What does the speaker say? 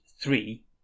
three